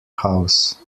house